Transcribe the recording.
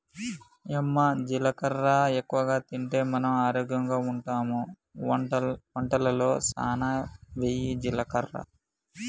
యమ్మ జీలకర్ర ఎక్కువగా తింటే మనం ఆరోగ్యంగా ఉంటామె వంటలలో సానా వెయ్యి జీలకర్ర